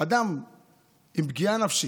אדם עם פגיעה נפשית,